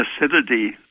acidity